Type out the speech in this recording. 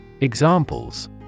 Examples